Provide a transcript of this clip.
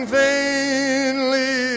vainly